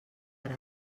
per